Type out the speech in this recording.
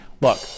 Look